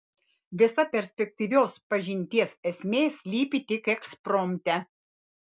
visa perspektyvios pažinties esmė slypi tik ekspromte